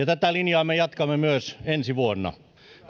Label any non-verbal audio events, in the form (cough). (unintelligible) tätä linjaa me jatkamme myös ensi vuonna